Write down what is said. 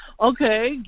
Okay